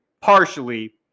partially